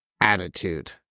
attitude